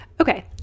Okay